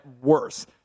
worse